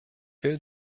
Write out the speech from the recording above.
will